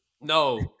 No